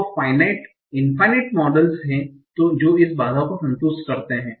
तो infinite models हैं जो इस बाधा को संतुष्ट करते हैं